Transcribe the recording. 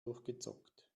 durchgezockt